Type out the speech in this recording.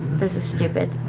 this is stupid,